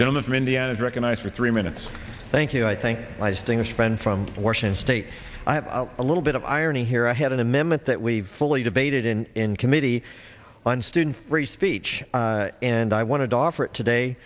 gentleman from indiana to recognize for three minutes thank you i think i was doing a spend from washington state i have a little bit of irony here i had an amendment that we've fully debated in in committee on student free speech and i wanted to offer it today